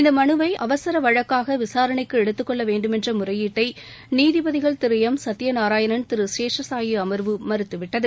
இந்த மனுவை அவசர வழக்காக விசாரணைக்கு எடுத்துக் கொள்ள வேண்டுமென்ற முறையீட்டை நீதிபதிகள் திரு எம் சத்திய நாராயணன் திரு சேஷசாயி அம்வு மறுத்துவிட்டது